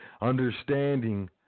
understanding